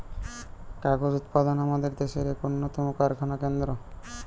কাগজ উৎপাদন আমাদের দেশের এক উন্নতম কারখানা কেন্দ্র